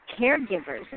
caregivers